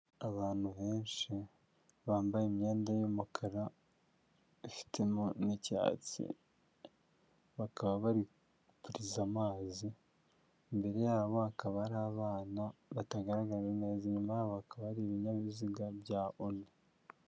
Abantu benshi bambaye imyenda y'umukara ifitemo n'icyatsi bakaba bari gupuriza amazi imbere yabo hakaba hari abana batagaragara neza inyuma hakaba hari ibinyabiziga bya Oni.